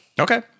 Okay